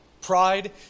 Pride